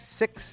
six